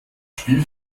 spiel